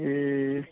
ए